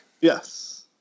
Yes